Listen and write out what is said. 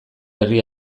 herri